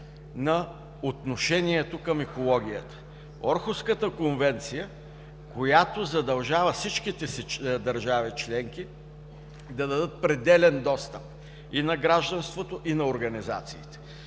на отношението към екологията. Орхуската конвенция задължава всичките си държави членки да дадат пределен достъп и на гражданството, и на организациите.